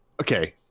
Okay